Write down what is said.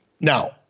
Now